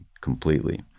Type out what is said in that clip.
completely